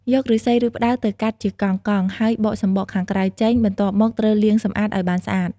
យកឫស្សី ឬផ្តៅទៅកាត់ជាកង់ៗ ហើយបកសម្បកខាងក្រៅចេញ បន្ទាប់មក ត្រូវលាងសម្អាតឲ្យបានស្អាត។